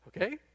Okay